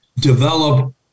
develop